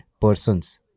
persons